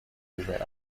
южной